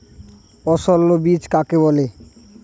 অসস্যল বীজ কাকে বলে?